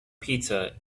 pizza